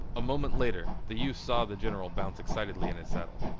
a moment later the youth saw the general bounce excitedly in his saddle.